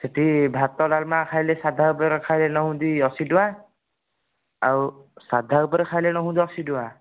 ସେଇଠି ଭାତ ଡାଲମା ଖାଇଲେ ସାଧା ଉପରେ ଖାଇଲେ ନେଉଛନ୍ତି ଅଶି ଟଙ୍କା ଆଉ ସାଧା ଉପରେ ଖାଇଲେ ନେଉଛି ଅଶି ଟଙ୍କା